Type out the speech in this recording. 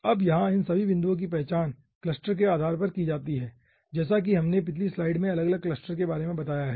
अब यहाँ इन सभी बिंदुओं की पहचान क्लस्टर के आधार पर की जाती है जैसा कि हमने पिछली स्लाइड में अलग अलग क्लस्टर के बारे में बताया है